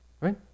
Right